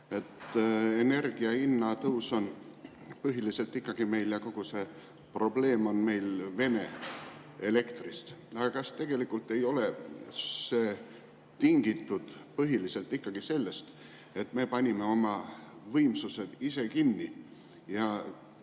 et energia hinna tõus on põhiliselt ikkagi meil ja kogu see probleem on meil Vene elektri tõttu. Aga kas tegelikult ei ole see tingitud põhiliselt ikkagi sellest, et me panime oma võimsused ise kinni ja